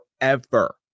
forever